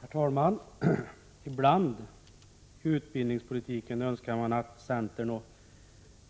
Herr talman! Ibland önskar man vad gäller utbildningspolitiken att centern och